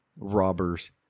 robbers